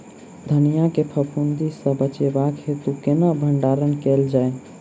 धनिया केँ फफूंदी सऽ बचेबाक हेतु केना भण्डारण कैल जाए?